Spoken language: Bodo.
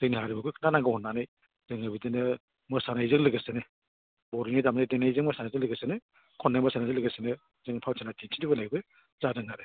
जोंनि हारिमुखौ खिन्था नांगौ होननानै जोङो बिदिनो मोसानायजों लोगोसेनो बर'नि दामनाय देनायजों मोसानायजों लोगोसेनो खननाय मोसानायजों लोगोसेनो जों फावथिना दिन्थिबोनायबो जादों आरो